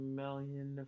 million